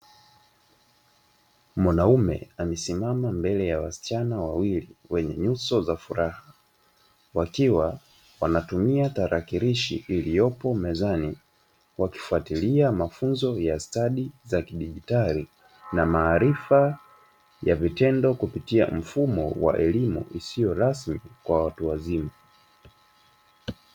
Mwanaume amesimama mbele ya wasichana wawili wenye nyuso za furaha wakiwa wanatumia talakilishi iliyopo mezani, wakifatilia mafunzo ya stadi za kidijitali na maarifa ya vitendo mfumo wa elimu isiyo rasmi kwa watu wazima.